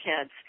kids